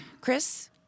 Chris